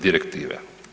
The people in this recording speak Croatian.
Direktive.